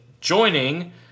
joining